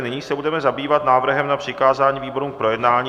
Nyní se budeme zabývat návrhem na přikázání výborům k projednání.